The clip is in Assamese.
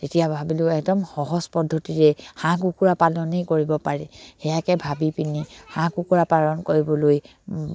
তেতিয়া ভাবিলোঁ একদম সহজ পদ্ধতিৰে হাঁহ কুকুৰা পালনেই কৰিব পাৰি সেয়াকে ভাবি পিনি হাঁহ কুকুৰা পালন কৰিবলৈ